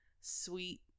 sweet